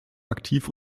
aktiv